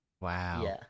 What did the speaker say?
Wow